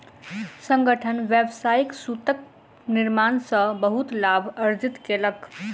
संगठन व्यावसायिक सूतक निर्माण सॅ बहुत लाभ अर्जित केलक